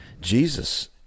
Jesus